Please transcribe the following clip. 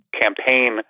campaign